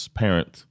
parent